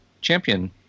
champion